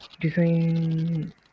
design